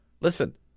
Listen